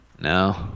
no